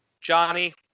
Johnny